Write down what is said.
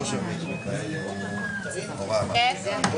לכן אני